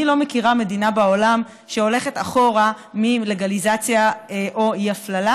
אני לא מכירה מדינה בעולם שהולכת אחורה מלגליזציה או אי-הפללה,